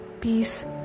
peace